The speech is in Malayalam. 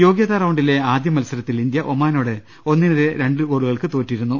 യോഗ്യതാ റൌണ്ടിലെ ആദ്യമത്സരത്തിൽ ഇന്ത്യ ഒമാനോട് ഒന്നിനെതിരെ രണ്ട് ഗോളുകൾക്ക് തോറ്റിരുന്നു